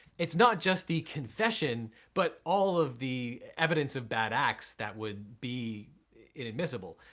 its not just the confession but all of the evidence of bad acts that would be inadmissible.